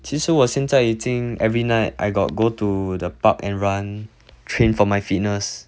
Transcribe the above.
其实我现在已经 every night I got go to the park and run train from my fitness